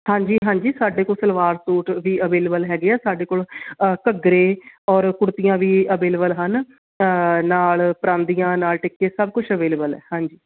ਹਾਂਜੀ ਹਾਂਜੀ ਸਾਡੇ ਕੋਲ ਸਲਵਾਰ ਸੂਟ ਵੀ ਅਵੇਲੇਬਲ ਹੈਗੇ ਆ ਸਾਡੇ ਕੋਲ ਘੱਗਰੇ ਔਰ ਕੁੜਤੀਆਂ ਵੀ ਅਵੇਲੇਬਲ ਹਨ ਨਾਲ ਪਰਾਂਦੀਆਂ ਨਾਲ ਟਿੱਕੇ ਸਭ ਕੁਝ ਅਵੇਲੇਬਲ ਹੈ ਹਾਂਜੀ